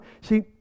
See